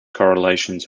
correlations